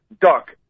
Duck